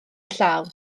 llaw